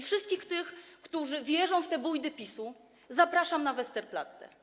Wszystkich tych, którzy wierzą w bujdy PiS-u, zapraszam na Westerplatte.